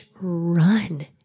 run